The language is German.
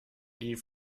die